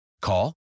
Call